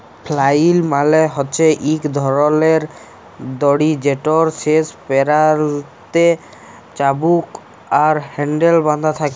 flail মালে হছে ইক ধরলের দড়ি যেটর শেষ প্যারালতে চাবুক আর হ্যাল্ডেল বাঁধা থ্যাকে